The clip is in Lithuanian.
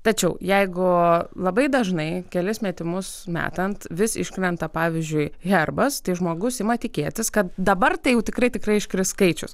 tačiau jeigu labai dažnai kelis metimus metant vis iškrenta pavyzdžiui herbas tai žmogus ima tikėtis kad dabar tai tikrai tikrai iškris skaičius